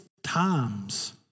times